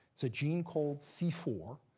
it's a gene called c four,